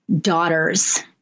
daughters